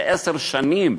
שבעשר שנים,